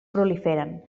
proliferen